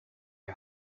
are